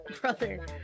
brother